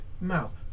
Mouth